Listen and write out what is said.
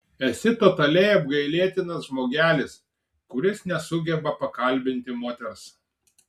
esi totaliai apgailėtinas žmogelis kuris nesugeba pakalbinti moters